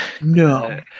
No